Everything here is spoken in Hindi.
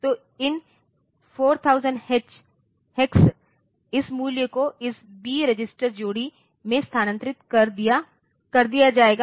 तो इन 4000 हेक्स इस मूल्य को इस बी रजिस्टर जोड़ी में स्थानांतरित कर दिया जाएगा